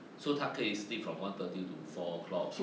so 她可以 sleep from one thirty to four o'clock